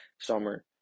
summer